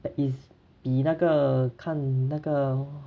that is 比那个看那个